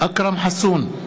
אכרם חסון,